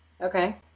okay